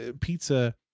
pizza